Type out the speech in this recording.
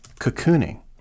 cocooning